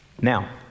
Now